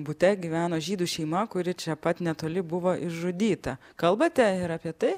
bute gyveno žydų šeima kuri čia pat netoli buvo išžudyta kalbate ir apie tai